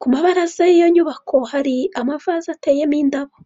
ku mabaraza y'iyo nyubako hari amavaze ateyemo indabo.